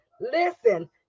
Listen